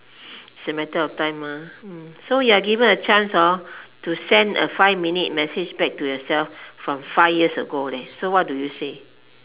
it's a matter of time ah so you are given a chance hor to send a five minute message back to yoursself from five years ago leh so what do you say